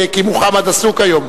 כי מוחמד עסוק היום.